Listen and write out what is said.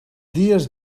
dies